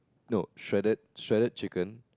no shredded shredded chicken